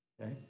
okay